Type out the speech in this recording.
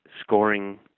scoring